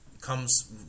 comes